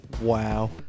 Wow